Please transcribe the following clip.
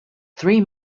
three